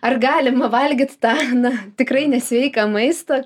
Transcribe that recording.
ar galima valgyt tą na tikrai nesveiką maistą